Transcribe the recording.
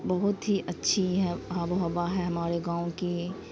بہت ہی اچھی ہے آب و ہوا ہے ہمارے گاؤں کی